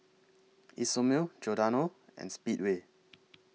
Isomil Giordano and Speedway